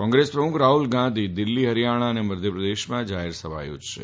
કોંગ્રેસ પ્રમુખ રાફુલ ગાંધી દિલ્ફી ફરિયાણા અને મધ્યપ્રદેશમાં જાહેરસભા યોજશે